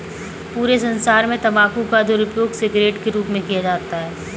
पूरे संसार में तम्बाकू का दुरूपयोग सिगरेट के रूप में किया जाता है